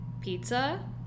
Pizza